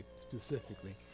specifically